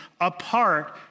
apart